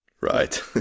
right